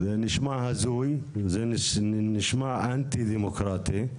זה נשמע הזוי, זה נשמע אנטי דמוקרטי,